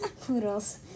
Poodles